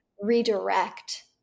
redirect